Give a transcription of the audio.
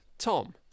tom